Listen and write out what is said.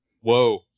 Whoa